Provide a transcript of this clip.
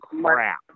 crap